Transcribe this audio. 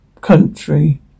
country